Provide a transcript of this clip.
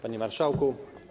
Panie Marszałku!